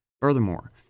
Furthermore